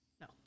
No